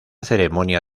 ceremonia